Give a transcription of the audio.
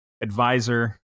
advisor